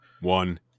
one